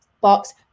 box